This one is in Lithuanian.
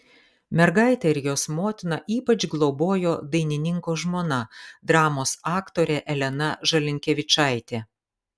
mergaitę ir jos motiną ypač globojo dainininko žmona dramos aktorė elena žalinkevičaitė